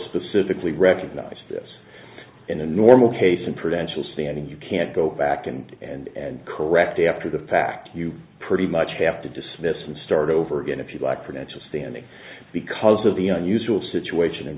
specifically recognized this in a normal case and prudential standing you can't go back and and correct after the fact you pretty much have to dismiss and start over again if you like financial standing because of the unusual situation